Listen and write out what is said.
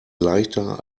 leichter